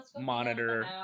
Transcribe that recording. monitor